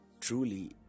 truly